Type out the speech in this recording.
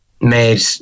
made